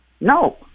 No